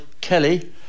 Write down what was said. Kelly